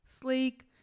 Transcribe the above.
sleek